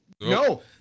No